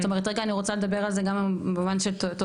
זאת אומרת רגע אני רוצה לדבר על זה גם במובן של תוצרים,